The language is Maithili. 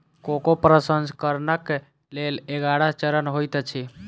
कोको प्रसंस्करणक लेल ग्यारह चरण होइत अछि